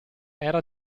era